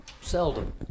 seldom